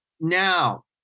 now